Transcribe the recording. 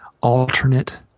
alternate